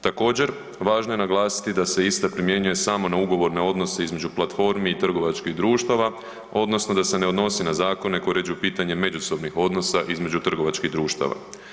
Također, važno je naglasiti da se ista primjenjuje samo na ugovor ne odnosi između platformi i trgovačkih društava odnosno da se ne odnosi na zakone koji uređuju pitanje međusobnih odnosa između trgovačkih društava.